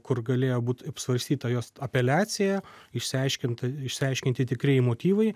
kur galėjo būti apsvarstyta jos apeliacija išsiaiškinta išsiaiškinti tikrieji motyvai